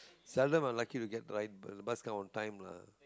seldom unlucky to get dri~ but the bus come on time lah